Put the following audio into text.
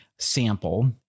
sample